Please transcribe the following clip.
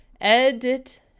edit